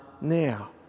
now